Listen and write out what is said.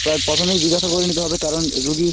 প্রায় প্রথমেই জিজ্ঞাসা করে নিতে হবে কারণ রোগী